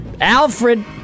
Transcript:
Alfred